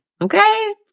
okay